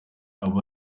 abe